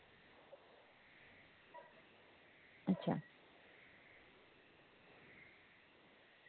अच्छा